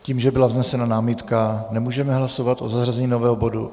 Tím, že byla vznesena námitka, nemůžeme hlasovat o zařazení nového bodu.